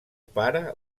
pare